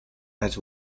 has